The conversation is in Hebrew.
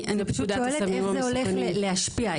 איך זה הולך להשפיע?